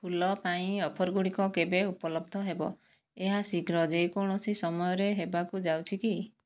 ଫୁଲ ପାଇଁ ଅଫର୍ ଗୁଡ଼ିକ କେବେ ଉପଲବ୍ଧ ହେବ ଏହା ଶୀଘ୍ର ଯେକୌଣସି ସମୟରେ ହେବାକୁ ଯାଉଛି କି